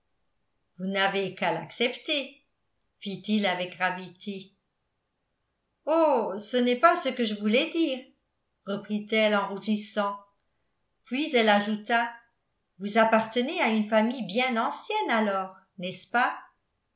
vous n'avez qu'à l'accepter fit-il avec gravité oh ce n'est pas ce que je voulais dire reprit-elle en rougissant puis elle ajouta vous appartenez à une famille bien ancienne alors n'est-ce pas